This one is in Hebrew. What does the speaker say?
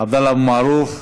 עבדאללה אבו מערוף,